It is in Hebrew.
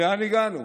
לאן הגענו?